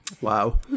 Wow